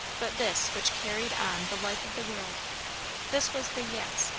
but this which carried on the life of the world this was the yes,